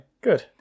Good